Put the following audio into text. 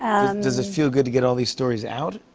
does it feel good to get all these stories out?